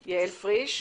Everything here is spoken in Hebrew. ממני.